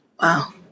Wow